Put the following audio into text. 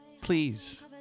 please